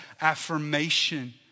affirmation